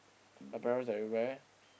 everywhere